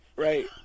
Right